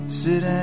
sit